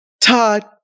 Todd